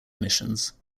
emissions